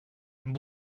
and